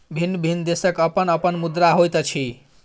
भिन्न भिन्न देशक अपन अपन मुद्रा होइत अछि